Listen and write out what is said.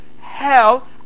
hell